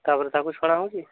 ତାପରେ ତାକୁ ଛଣା ହେଉଛି